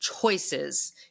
choices